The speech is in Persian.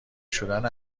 شدن